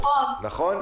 נכון.